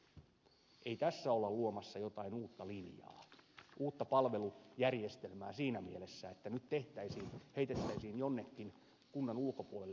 ei tässä olla luomassa jotain uutta linjaa uutta palvelujärjestelmää siinä mielessä että nyt heitettäisiin jonnekin kunnan ulkopuolelle jotain uutta rahaa